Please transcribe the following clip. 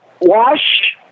Wash